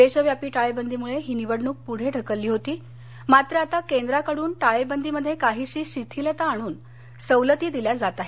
देशव्यापी टाळेबंदीमुळे ही निवडणुक पुढे ढकलली होती मात्र आता केंद्राकडून टाळेबंदीमध्ये काहीशी शिथिलता आणून सवलती दिल्या जात आहेत